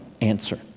answer